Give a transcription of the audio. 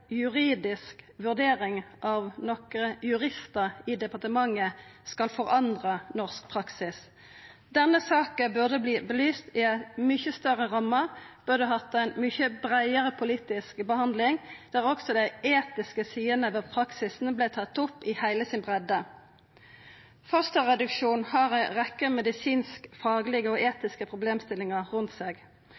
nokre juristar i departementet skal forandra norsk praksis. Denne saka burde verta belyst i ei mykje større ramme og burde hatt ei mykje breiare politisk behandling, der også dei etiske sidene ved praksisen vart tatt opp i heile si breidd. Fosterreduksjon har ei rekkje medisinskfaglege og etiske problemstillingar rundt seg.